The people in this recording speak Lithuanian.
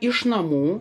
iš namų